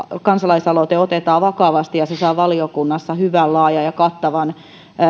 kansalaisaloite otetaan vakavasti ja se saa valiokunnassa hyvän laajan ja kattavan